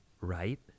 right